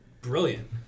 Brilliant